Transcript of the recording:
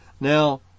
Now